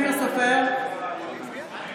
יואב סגלוביץ'